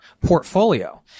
portfolio